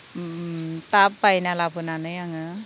ताब बायना लाबोनानै आङो